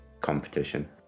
competition